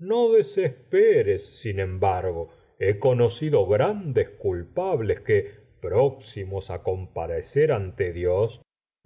no desesperes sin embargo he conocido grandes culpables que próximos á comparecer ante dios